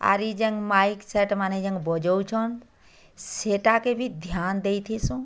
ଆରିଜାଙ୍ଗ mic set ମାନେ ଜେନ୍ ବଯଉଛନ୍ ସେଇଟା କେ ବି ଧ୍ୟାନ ଦେଇ ଥିସୁଁ